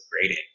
grading